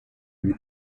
une